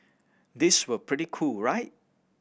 these were pretty cool right